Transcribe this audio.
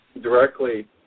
directly